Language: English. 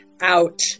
out